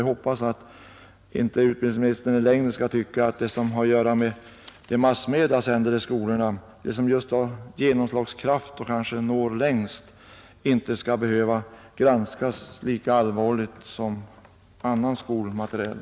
Jag hoppas att utbildningsminstern inte i längden skall tycka att det som massmedia sänder i skolan, det som just har genomslagskraft och kanske når längst, inte skall behöva granskas lika allvarligt som annan skolmateriel.